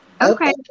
Okay